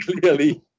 clearly